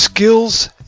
Skills